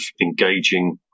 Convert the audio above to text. engaging